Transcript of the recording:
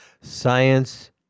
science